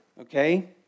okay